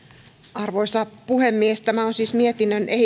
arvoisa puhemies tämä on siis mietinnön